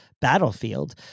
battlefield